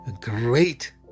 great